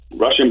Russian